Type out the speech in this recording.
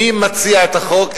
מי מציע את החוק,